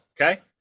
okay